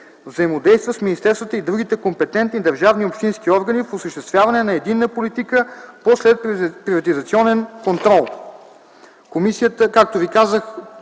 взаимодейства с министерствата и другите компетентни държавни и общински органи в осъществяване на единна политика по следприватизационния контрол.” Както казах,